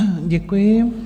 Děkuji.